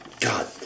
God